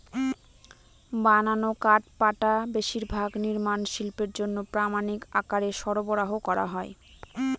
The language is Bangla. বানানো কাঠপাটা বেশিরভাগ নির্মাণ শিল্পের জন্য প্রামানিক আকারে সরবরাহ করা হয়